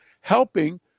helping